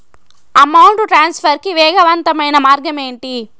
amount transfer కి వేగవంతమైన మార్గం ఏంటి